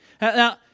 Now